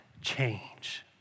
change